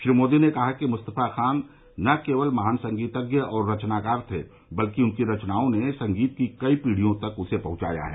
श्री मोदी ने कहा कि मुस्तफा खान न केवल महान संगीतज्ञ और रचनाकार थे बल्कि उनकी रचनाओं ने संगीत की कई पीढ़ियों तक उसे पहंचाया है